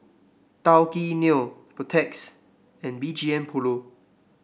Tao Kae Noi Protex and B G M Polo